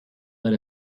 let